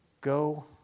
Go